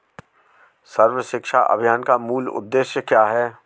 सर्व शिक्षा अभियान का मूल उद्देश्य क्या है?